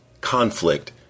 Conflict